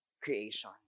creation